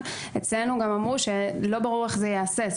אצלנו גם אמרו שלא ברור איך זה ייעשה.